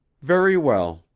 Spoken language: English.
very well.